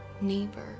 neighbor